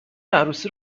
عروسی